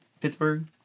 Pittsburgh